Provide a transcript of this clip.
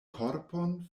korpon